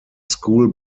school